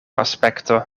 aspekto